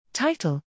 Title